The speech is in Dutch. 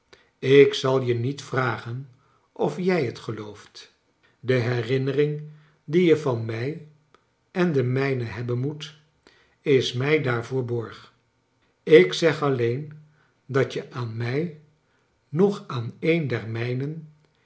ik zal je niet vragen of jij het gelooft de herinnering die je van mij en de mijnen hebben moet is mij daarvoor borg ik zeg alleen dat je aan mij noch aan een